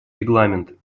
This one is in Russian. регламент